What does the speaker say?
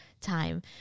time